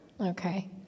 Okay